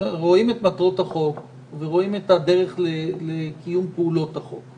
רואים את מטרות החוק ורואים את הדרך לקיום פעילות החוק,